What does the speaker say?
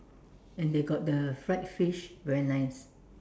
and they got the fried fish very nice